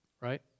Right